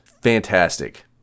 Fantastic